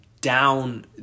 down